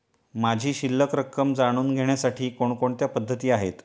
माझी शिल्लक रक्कम जाणून घेण्यासाठी कोणकोणत्या पद्धती आहेत?